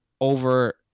over